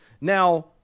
Now